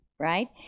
Right